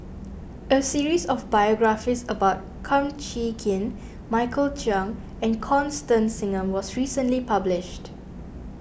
a series of biographies about Kum Chee Kin Michael Chiang and Constance Singam was recently published